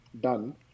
done